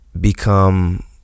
become